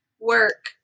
work